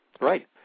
Right